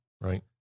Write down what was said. right